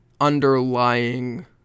underlying